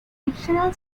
fictional